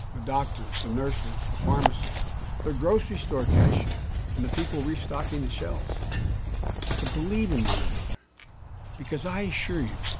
the doctors, the nurses, the pharmacists the grocery store cashier and the people restocking the shelves to believe in one another because, i assure you,